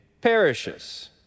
perishes